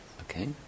Okay